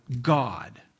God